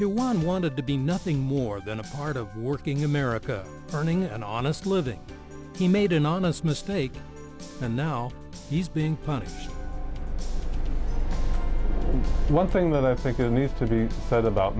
want wanted to be nothing more than a part of working america turning an honest living he made an honest mistake and now he's being punished one thing that i think there needs to be said about